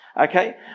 Okay